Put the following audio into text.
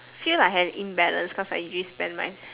feel like I have imbalance cause I usually spend my